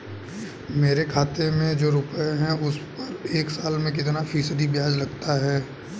मेरे खाते में जो रुपये हैं उस पर एक साल में कितना फ़ीसदी ब्याज लगता है?